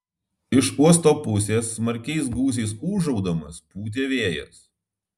iš uosto pusės smarkiais gūsiais ūžaudamas pūtė vėjas